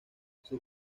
sus